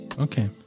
Okay